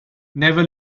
never